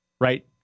Right